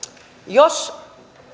jos